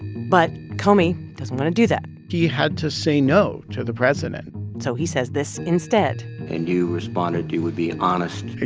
but comey doesn't want to do that he had to say no to the president so he says this instead and you responded you would be honest? you